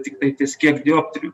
tiktai ties kiek dioptrijų